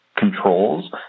Controls